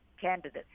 candidates